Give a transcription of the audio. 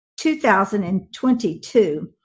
2022